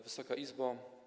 Wysoka Izbo!